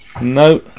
No